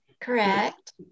Correct